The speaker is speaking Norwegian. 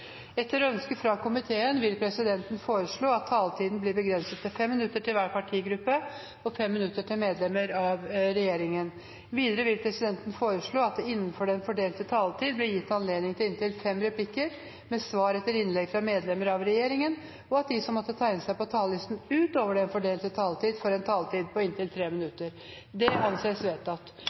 Etter ønske fra justiskomiteen vil presidenten foreslå at taletiden blir begrenset til 5 minutter til hver partigruppe og 5 minutter til medlemmer av regjeringen. Videre vil presidenten foreslå at det – innenfor den fordelte taletid – blir gitt anledning til replikkordskifte på inntil fem replikker med svar etter innlegg fra medlemmer av regjeringen, og at de som måtte tegne seg på talerlisten utover den fordelte taletid, får en taletid på inntil 3 minutter. – Det anses vedtatt.